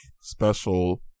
special